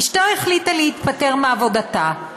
אשתו החליטה להתפטר מעבודתה.